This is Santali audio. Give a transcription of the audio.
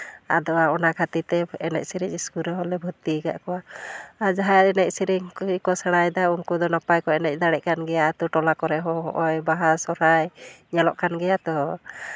ᱟᱫᱚ ᱚᱱᱟ ᱠᱷᱟᱹᱛᱤᱨ ᱛᱮ ᱮᱱᱮᱡ ᱥᱮᱨᱮᱧ ᱤᱥᱠᱩᱞ ᱨᱮᱦᱚᱸᱞᱮ ᱵᱷᱚᱨᱛᱤ ᱟᱠᱟᱫ ᱠᱚᱣᱟ ᱟᱨ ᱡᱟᱦᱟᱸᱭ ᱮᱱᱮᱡ ᱥᱮᱨᱮᱧ ᱠᱚ ᱥᱮᱬᱟᱭᱮᱫᱟ ᱩᱱᱠᱩ ᱫᱚ ᱱᱟᱯᱟᱭ ᱠᱚ ᱮᱱᱮᱡ ᱫᱟᱲᱮᱭᱟᱜ ᱠᱟᱱ ᱜᱮᱭᱟ ᱟᱹᱛᱩ ᱴᱚᱞᱟ ᱠᱚᱨᱮᱫ ᱦᱚᱸ ᱱᱚᱜᱼᱚᱭ ᱵᱟᱦᱟ ᱥᱚᱦᱨᱟᱭ ᱧᱮᱞᱚᱜ ᱠᱟᱱ ᱜᱮᱭᱟ ᱛᱚ